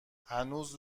هنوز